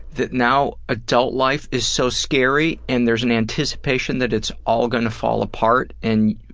that now adult life is so scary, and there's an anticipation that it's all gonna fall apart, and